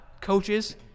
coaches